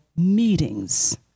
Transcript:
Meetings